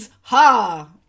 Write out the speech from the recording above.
Ha